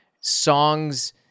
songs